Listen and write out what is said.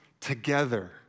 together